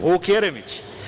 Vuk Jeremić.